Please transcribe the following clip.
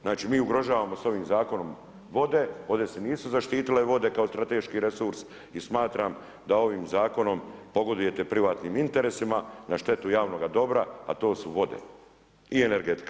Znači mi ugrožavamo s ovim zakonom vode, ovdje se nisu zaštitile vode kao strateški resurs i smatram da ovim zakonom pogodujete privatnim interesima na štetu javnoga dobra a to su vode i energetika.